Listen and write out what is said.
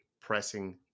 pressing